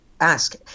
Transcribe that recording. ask